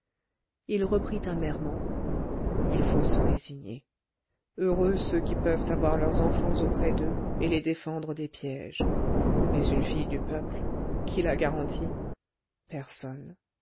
il reprit amèrement il faut se résigner heureux ceux qui peuvent avoir leurs enfants auprès d'eux et les défendre des pièges mais une fille du peuple qui la garantit personne